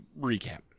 recap